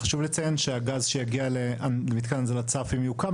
חשוב לציין שהגז שיגיע למתקן הנזלה צף אם יוקם,